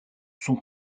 sont